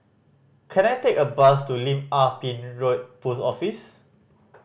can I take a bus to Lim Ah Pin Road Post Office